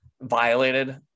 violated